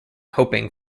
hoping